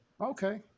Okay